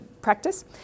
practice